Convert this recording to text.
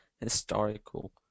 historical